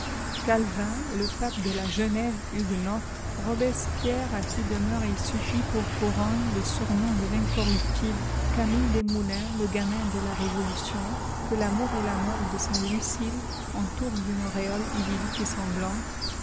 calvin le pape de la genève huguenote robespierre à qui demeure et suffit pour couronne le surnom de l'incorruptible camille desmoulins le gamin de la révolution que l'amour et la mort de sa lucile entourent d'une auréole idyllique et sanglante